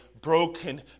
broken